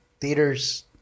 Theaters